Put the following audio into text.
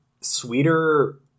sweeter